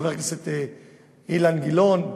חברי הכנסת אילן גילאון,